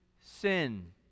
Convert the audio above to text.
sin